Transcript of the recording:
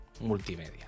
multimedia